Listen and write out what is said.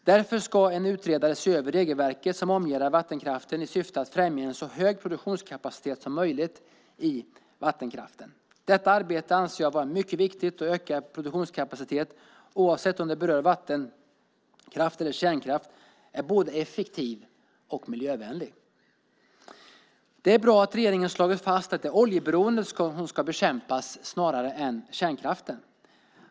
Därför ska en utredare se över regelverket som omgärdar vattenkraften i syfte att främja en så hög produktionskapacitet som möjligt i vattenkraften. Detta arbete anser jag vara mycket viktigt. Och det är både effektivt och miljövänligt med ökad produktionskapacitet, oavsett om det berör vattenkraft eller kärnkraft. Det är bra att regeringen har slagit fast att det är oljeberoendet som ska bekämpas snarare än kärnkraften.